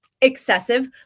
excessive